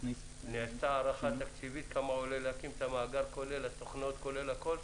נעשתה הערכה תקציבית לגבי עלות הקמת המאגר כולל התוכנות וכולל הכול?